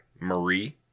Marie